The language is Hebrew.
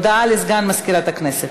הודעה לסגן מזכירת הכנסת.